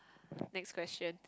next question